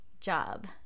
job